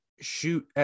shoot